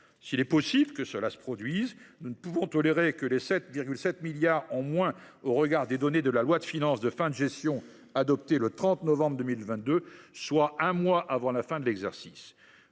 S’il est possible que cela arrive, nous ne pouvons pas tolérer les 7,7 milliards d’euros en moins au regard des données de la loi de finances de fin de gestion adoptée le 30 novembre 2022, soit un mois avant la fin de l’exercice.